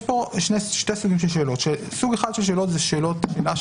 יש פה שני סוגי שאלות: אחד, ניסוחי,